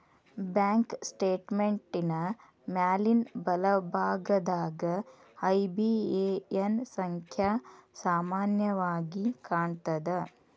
bank ಸ್ಟೇಟ್ಮೆಂಟಿನ್ ಮ್ಯಾಲಿನ್ ಬಲಭಾಗದಾಗ ಐ.ಬಿ.ಎ.ಎನ್ ಸಂಖ್ಯಾ ಸಾಮಾನ್ಯವಾಗಿ ಕಾಣ್ತದ